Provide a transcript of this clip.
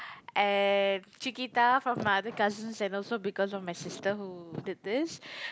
and Cheekita from my other cousins and also because of my sister who did this